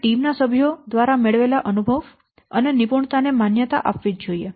તમારે ટીમ ના સભ્યો દ્વારા મેળવેલા અનુભવ અને નિપુણતા ને માન્યતા આપવી જ જોઇએ